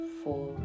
four